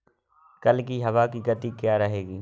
कल की हवा की गति क्या रहेगी?